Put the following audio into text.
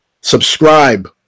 subscribe